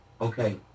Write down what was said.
okay